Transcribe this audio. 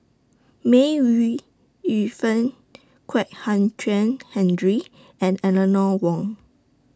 May Ooi Yu Fen Kwek Hian Chuan Henry and Eleanor Wong